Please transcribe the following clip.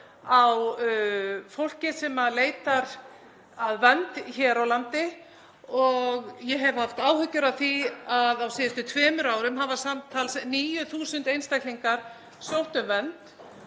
á fólki sem leitar að vernd hér á landi og ég hef haft áhyggjur af því að á síðustu tveimur árum hafa samtals 9.000 einstaklingar sótt um vernd.